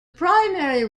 primary